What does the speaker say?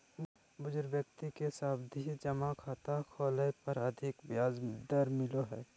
बुजुर्ग व्यक्ति के सावधि जमा खाता खोलय पर अधिक ब्याज दर मिलो हय